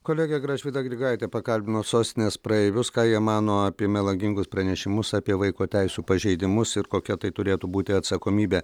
kolegė gražvyda grigaitė pakalbino sostinės praeivius ką jie mano apie melagingus pranešimus apie vaiko teisių pažeidimus ir kokia tai turėtų būti atsakomybė